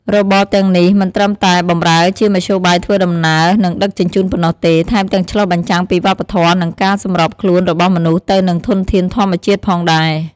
របរទាំងនេះមិនត្រឹមតែបម្រើជាមធ្យោបាយធ្វើដំណើរ និងដឹកជញ្ជូនប៉ុណ្ណោះទេ ថែមទាំងឆ្លុះបញ្ចាំងពីវប្បធម៌ និងការសម្របខ្លួនរបស់មនុស្សទៅនឹងធនធានធម្មជាតិផងដែរ។